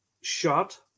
shot